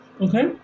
Okay